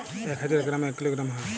এক হাজার গ্রামে এক কিলোগ্রাম হয়